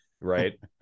right